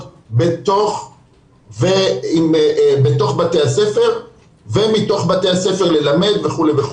בתוך בתי הספר ומתוך בתי הספר ללמד וכולי.